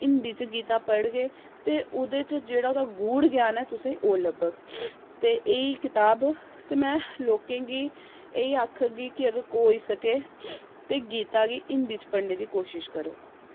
हिंदी च गीता पढ़गे ते ओह्दे च जेह्ड़ा ओह्दा गूढ़ ज्ञान ऐ तुसें ई ओह् लब्भग ते एह् ई कताब ते में लोकें गी एह् गै आखगी कि अगर होई सकै ते गीता गी हिंदी च पढ़ने दी कोशश करो